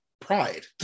pride